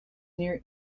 near